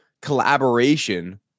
collaboration